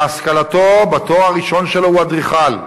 שבהשכלתו, בתואר הראשון שלו, הוא אדריכל,